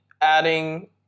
adding